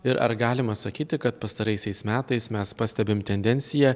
ir ar galima sakyti kad pastaraisiais metais mes pastebim tendenciją